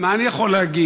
מה אני יכול להגיד?